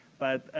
but,